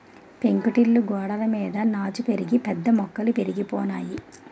పెంకుటిల్లు గోడలమీద నాచు పెరిగి పెద్ద మొక్కలు పెరిగిపోనాయి